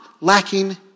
lacking